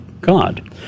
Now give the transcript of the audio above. God